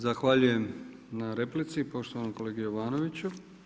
Zahvaljujem na replici poštovanom kolegi Jovanoviću.